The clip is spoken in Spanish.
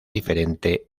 diferente